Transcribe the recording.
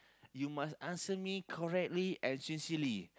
you must answer me correctly and sincerely